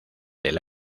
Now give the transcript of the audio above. del